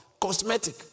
cosmetic